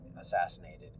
assassinated